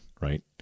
right